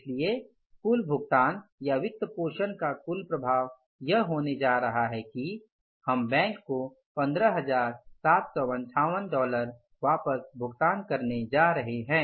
इसलिए कुल भुगतान या वित्त पोषण का कुल प्रभाव यह होने जा रहा हैं कि हम बैंक को 15758 वापस भुगतान करने जा रहे हैं